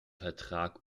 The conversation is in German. vertrag